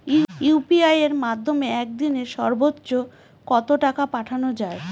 UPI এর মাধ্যমে এক দিনে সর্বচ্চ কত টাকা পাঠানো যায়?